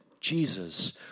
Jesus